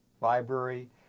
library